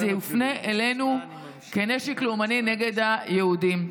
זה יופנה אלינו כנשק לאומני כנגד היהודים.